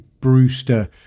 Brewster